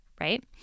right